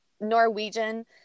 Norwegian